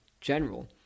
general